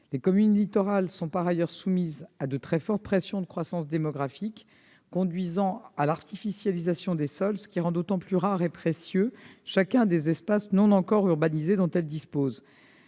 Les communes littorales sont par ailleurs soumises à de très fortes pressions en termes de croissance démographique conduisant à l'artificialisation des sols, ce qui rend d'autant plus rare et précieux chacun des espaces non encore urbanisés dont elles disposent.